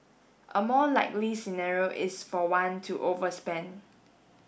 a more likely scenario is for one to overspend